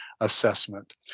assessment